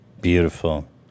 Beautiful